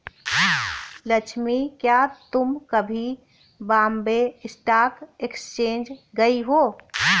लक्ष्मी, क्या तुम कभी बॉम्बे स्टॉक एक्सचेंज गई हो?